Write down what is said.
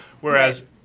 Whereas